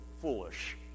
foolish